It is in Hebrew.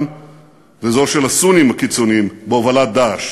וזו של הסונים הקיצוניים בהובלת "דאעש".